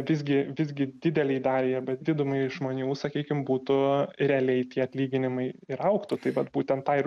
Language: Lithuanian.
visgi visgi didelei daliai arba didumai žmonių sakykim būtų realiai tie atlyginimai ir augtų tai vat būtent tą ir